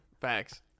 Facts